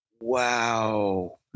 Wow